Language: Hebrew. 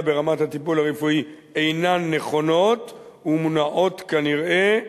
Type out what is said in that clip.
ברמת הטיפול הרפואי אינן נכונות ומונעות כנראה,